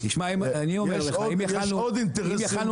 יש עוד אינטרסים